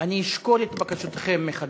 אני אשקול את בקשתכם מחדש.